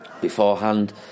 beforehand